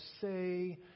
say